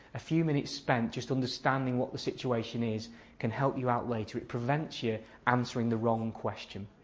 a few minutes spent just understanding what the situation is can help you out later. it prevents you answering the wrong question.